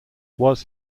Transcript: was